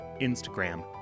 Instagram